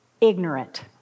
ignorant